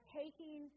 taking